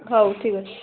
ହଉ ଠିକ୍ ଅଛି